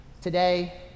Today